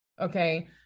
Okay